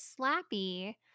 Slappy